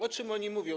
O czym oni mówią?